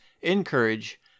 encourage